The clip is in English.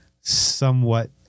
somewhat